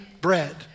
bread